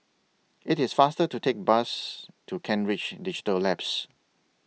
IT IS faster to Take Bus to Kent Ridge Digital Labs